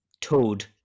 toad